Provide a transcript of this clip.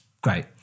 great